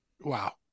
Wow